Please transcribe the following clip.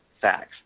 facts